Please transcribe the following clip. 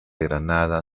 granada